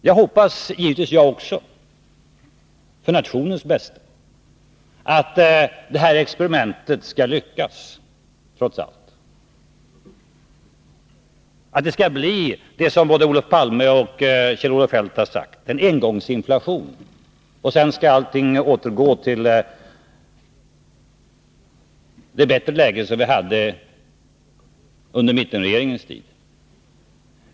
Jag hoppas givetvis jag också — för nationens bästa — att det här experimentet trots allt skall lyckas, att det skall bli så som både Olof Palme och Kjell-Olof Feldt har sagt: en engångsinflation och att allting sedan skall återgå till det bättre läge som vi hade under mittenregeringens tid.